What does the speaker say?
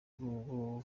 ubu